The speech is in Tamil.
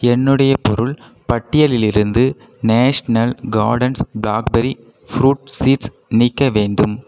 என்னுடைய பொருள் பட்டியலிலிருந்து national gardens blackberry fruit seeds நீக்க வேண்டும்